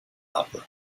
opera